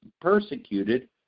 persecuted